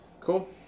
Cool